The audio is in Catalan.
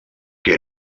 que